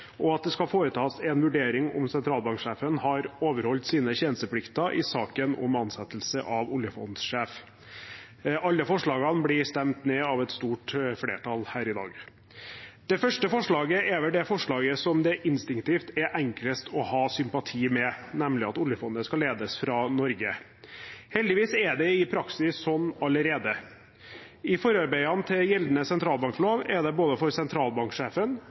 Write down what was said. at det skal foretas en vurdering av om sentralbanksjefen har overholdt sine tjenesteplikter i saken om ansettelse av oljefondssjef Alle forslagene vil bli stemt ned av et stort flertall her i dag. Det første forslaget er vel det forslaget som det instinktivt er enklest å ha sympati med, nemlig at oljefondet skal ledes fra Norge. Heldigvis er det i praksis slik allerede. I forarbeidene til gjeldende sentralbanklov er det for både sentralbanksjefen,